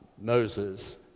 Moses